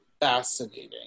fascinating